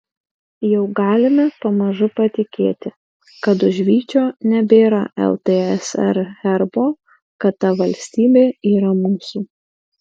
jau galime pamažu patikėti kad už vyčio nebėra ltsr herbo kad ta valstybė yra mūsų